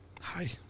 Hi